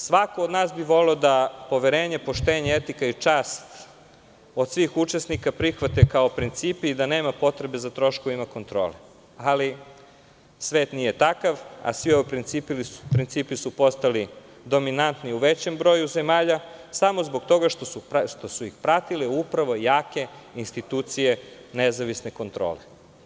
Svako od nas bi voleo da poverenje, poštenje, etika i čast od svih učesnika prihvate kao principe i da nema potrebe za troškove i kontrole, ali svet nije takav, a svi ovi principi su postali dominantni u većem broju zemalja samo zbog toga što su ih pratile upravo jake institucije nezavisne kontrole.